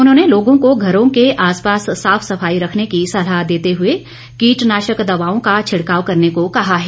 उन्होंने लोगों को घरों के आसपास साफ सफाई रखने की सलाह देते हुए कीटनाशक दवाओं का छिड़काव करने को कहा है